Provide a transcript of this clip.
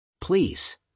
Please